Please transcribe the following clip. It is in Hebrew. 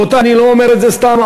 רבותי, אני לא אומר את זה סתם.